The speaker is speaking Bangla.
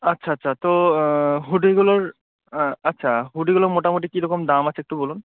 আচ্ছা আচ্ছা তো হুডিগুলোর আচ্ছা হুডিগুলো মোটামুটি কীরকম দাম আছে একটু বলুন